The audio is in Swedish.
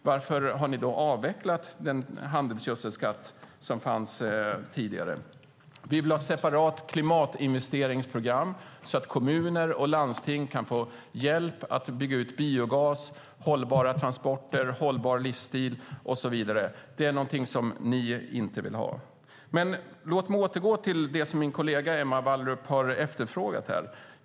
Varför har ni då avvecklat den handelsgödselskatt som fanns tidigare? Vi vill ha ett separat klimatinvesteringsprogram så att kommuner och landsting kan få hjälp att bygga ut biogas, hållbara transporter, en hållbar livsstil och så vidare. Det är någonting som ni inte vill ha. Låt mig återgå till det som min kollega Emma Wallrup har efterfrågat.